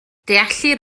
deallir